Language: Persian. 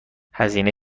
هزینه